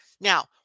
Now